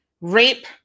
rape